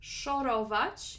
Szorować